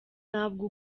ntabwo